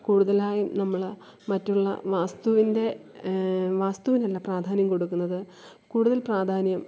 കൂടുതലായും നമ്മൾ മറ്റുള്ള വാസ്തുവിന്റെ വാസ്തുവിനല്ല പ്രാധാന്യം കൊടുക്കുന്നത് കൂടുതല് പ്രാധാന്യം